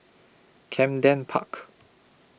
Camden Park